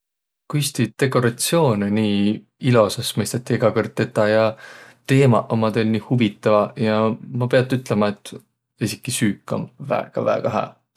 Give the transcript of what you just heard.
Kuis ti dekoratsioonõ nii ilosas mõistati egä kõrd tetäq ja teemaq ommaq teil nii huvitavaq ja ma piät ülemä, et esiki süük om väega-väega hää.